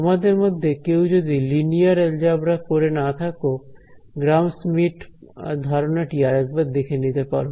তোমাদের মধ্যে কেউ যদি লিনিয়ার অ্যালজেবরা করে না থাকো গ্রাম স্মিডট ধারণাটি আরেকবার দেখে নিতে পারো